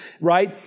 right